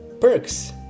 perks